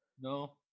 No